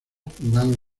jugados